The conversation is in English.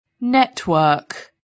network